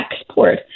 export